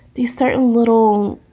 these certain little,